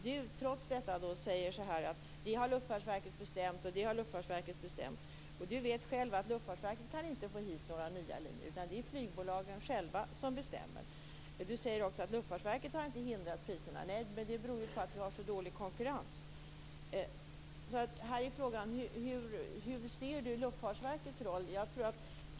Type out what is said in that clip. Trots detta säger Krister Örnfjäder: Det har Luftfartsverket bestämt. Krister Örnfjäder vet själv att Luftfartsverket inte kan få hit några nya linjer. Det är flygbolagen själva som bestämmer. Krister Örnfjäder säger också att Luftfartsverket inte har hindrat priserna. Det beror ju på att vi har så dålig konkurrens. Här är frågan: Hur ser Krister Örnfjäder på Luftfartsverkets roll?